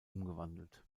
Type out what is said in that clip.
umgewandelt